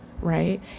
Right